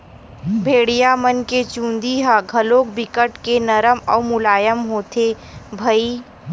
भेड़िया मन के चूदी ह घलोक बिकट के नरम अउ मुलायम होथे भईर